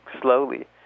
slowly